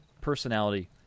personality